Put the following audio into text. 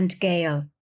Gale